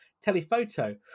telephoto